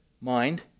mind